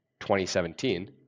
2017